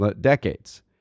decades